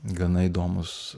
gana įdomūs